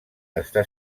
està